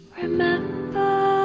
remember